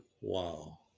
Wow